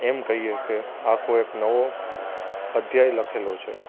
એમ કહીએ કે આખો એક નવો અધ્યાય લખેલો છે